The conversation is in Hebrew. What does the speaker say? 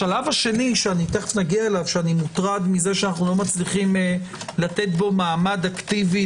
השלב השני שאני מוטרד מזה שאנו לא מצליחים לתת בו מעמד אקטיבי